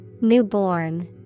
Newborn